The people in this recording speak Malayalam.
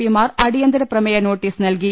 പി മാർ അടിയന്തര പ്രമേയ നോട്ടീസ് നൽകി